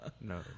no